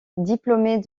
diplômée